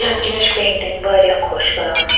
کیٛازِ کہِ مےٚ چھِ پیٚنٹِنٛگ وارِیاہ خۄش کَران